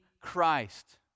Christ